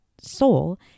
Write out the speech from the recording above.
soul